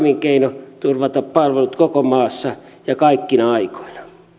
keino turvata palvelut koko maassa ja kaikkina aikoina